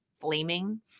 flaming